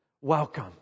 Welcome